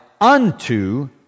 unto